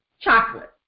chocolate